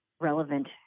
relevant